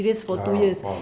ya lah of course